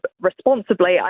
responsibly